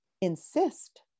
insist